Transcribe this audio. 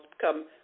come